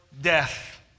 death